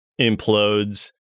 implodes